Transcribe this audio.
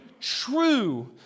true